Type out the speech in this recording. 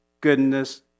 goodness